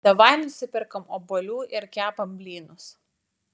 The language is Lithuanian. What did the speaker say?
davai nusiperkam obuolių ir kepam blynus